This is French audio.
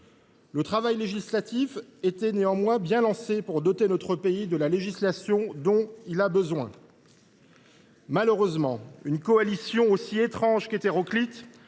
Le travail législatif était néanmoins bien lancé pour doter notre pays de la législation dont il a besoin. Malheureusement, une coalition aussi étrange qu’hétéroclite